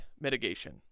mitigation